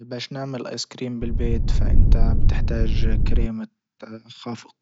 باش نعمل ايس كريم بالبيت فانت بتحتاج كريمة خفق